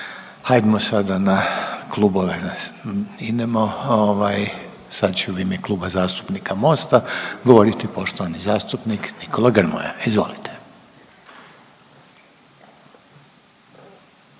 Hajmo sada na klubove. Sad će u ime Kluba zastupnika Mosta govoriti poštovani zastupnik Nikola Grmoja. Izvolite.